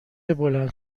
بلند